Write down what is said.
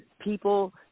people